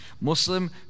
Muslim